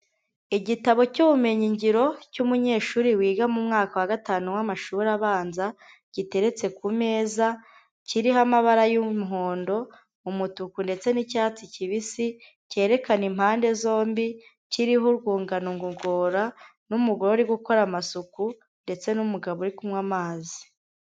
Igitabo cy'ubumenyi ngiro cy'umunyeshuri wiga mu mwaka wa gatanu w'amashuri abanza, giteretse ku meza, kiriho amabara y'umuhondo, umutuku ndetse n'icyatsi kibisi, cyerekana impande zombi kiriho urwungano ngogora n'umugore uri gukora amasuku ndetse n'umugabo uri kunywa amazi.